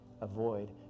avoid